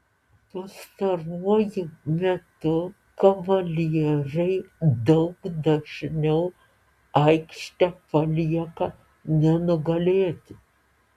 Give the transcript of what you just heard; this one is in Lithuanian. pastaruoju metu kavalieriai daug dažniau aikštę palieka nenugalėti